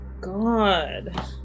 God